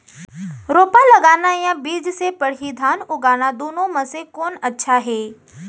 रोपा लगाना या बीज से पड़ही धान उगाना दुनो म से कोन अच्छा हे?